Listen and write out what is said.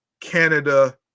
Canada